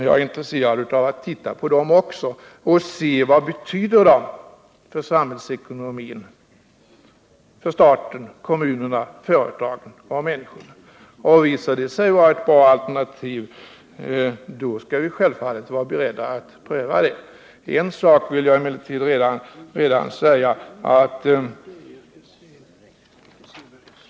Jag är intresserad av att studera olika alternativ och se vad de betyder för samhällsekonomin, för staten, för kommunerna, för företagen och för människorna. Visar de sig vara bra alternativ, skall vi självklart vara beredda att pröva dem. En sak vill jag emellertid redan nu säga.